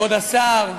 כבוד השר,